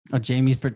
Jamie's